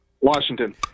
Washington